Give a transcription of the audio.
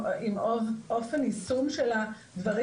עם אופן יישום של הדברים,